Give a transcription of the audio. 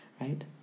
right